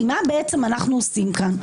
כי מה בעצם אנחנו עושים כאן?